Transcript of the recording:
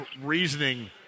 reasoning